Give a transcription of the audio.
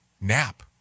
nap